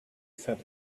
fat